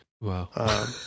wow